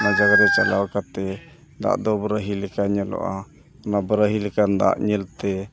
ᱚᱱᱟ ᱡᱟᱭᱜᱟ ᱨᱮ ᱪᱟᱞᱟᱣ ᱠᱟᱛᱮᱫ ᱫᱟᱜ ᱫᱚ ᱵᱟᱨᱟᱦᱤ ᱞᱮᱠᱟ ᱧᱮᱞᱚᱜᱼᱟ ᱚᱱᱟ ᱵᱟᱨᱟᱦᱤ ᱞᱮᱠᱟᱱ ᱫᱟᱜ ᱧᱮᱞ ᱛᱮ